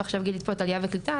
ועכשיו גילית פה את עלייה וקליטה,